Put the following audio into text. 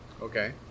Okay